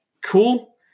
cool